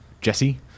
Jesse